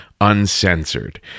uncensored